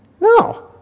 No